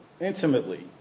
intimately